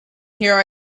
here